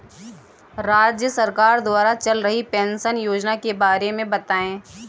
राज्य सरकार द्वारा चल रही पेंशन योजना के बारे में बताएँ?